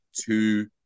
Two